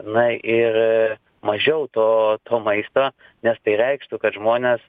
na ir mažiau to to maisto nes tai reikštų kad žmonės